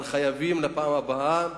אבל חייבים לפעם הבאה,